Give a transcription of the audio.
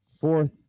fourth